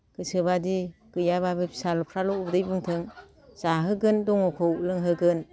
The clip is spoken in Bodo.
गोसो बायदि गैयाबाबो फिसाफ्राल' उदै बुंथों जाहोगोन दङ खौ लोंहोगोन